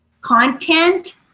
content